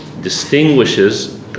distinguishes